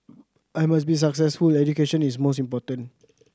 I must be successful education is most important